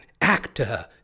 actor